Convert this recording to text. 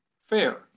fair